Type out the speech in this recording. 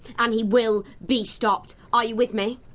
and he will be stopped! are you with me,